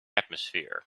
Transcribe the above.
atmosphere